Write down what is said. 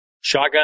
Shotgun